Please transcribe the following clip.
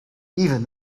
even